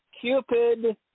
Cupid